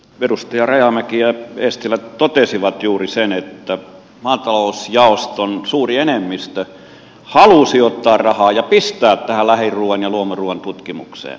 edustaja rajamäki ja eestilä totesivat juuri sen että maatalousjaoston suuri enemmistö halusi ottaa rahaa ja pistää sitä tähän lähiruuan ja luomuruuan tutkimukseen